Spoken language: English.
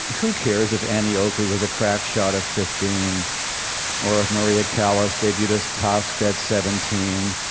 who cares if annie oakley was a crack shot at fifteen or if maria callas debuted as tosca at seventeen?